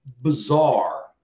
bizarre